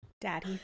Daddy